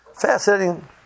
Fascinating